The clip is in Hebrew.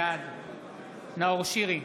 בעד נאור שירי,